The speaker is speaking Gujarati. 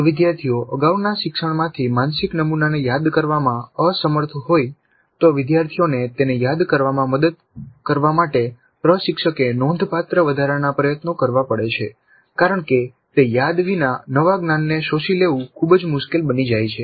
જો વિદ્યાર્થીઓ અગાઉના શિક્ષણમાંથી માનસિક નમુનાને યાદ કરવામાં અસમર્થ હોય તો વિદ્યાર્થીઓને તેને યાદ કરવામાં મદદ કરવા માટે પ્રશિક્ષકે નોંધપાત્ર વધારાના પ્રયત્નો કરવા પડે છે કારણ કે તે યાદ વિના નવા જ્ઞાનને શોષી લેવું ખૂબ જ મુશ્કેલ બની જાય છે